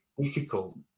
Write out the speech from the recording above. difficult